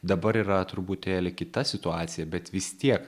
dabar yra truputėlį kita situacija bet vis tiek